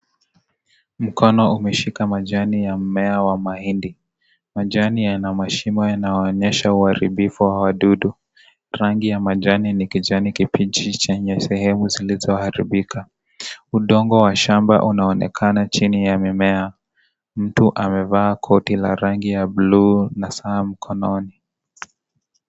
Mkono umeshika majani ya mmea wa mahindi majani yana mashimo yanayoonyesha uharibifu wa wadudu. Rangi ya manjano na kijani kibichi chenye sehemu zilizoharibika udongo wa shamba unaonekana chini ya mimea. Mtu amevaa koti la rangi ya buluu na saa mkononi.